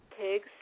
Pigs